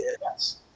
Yes